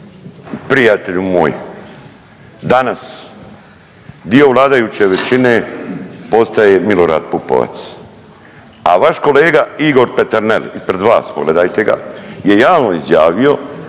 prijatelju moj danas dio vladajuće većine postaje Milorad Pupovac, a vaš kolega Igor Peternel ispred vas pogledajte ga, je javno izjavio